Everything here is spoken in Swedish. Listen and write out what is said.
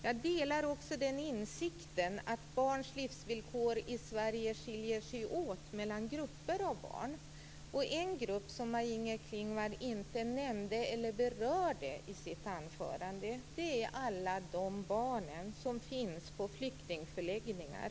Jag delar också insikten att barns livsvillkor i Sverige skiljer sig åt mellan grupper av barn. En grupp som Maj-Inger Klingvall inte nämnde eller berörde i sitt anförande är alla de barn som finns på flyktingförläggningar.